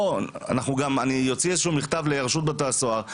אני אוציא מכתב לרשות בתי הסוהר,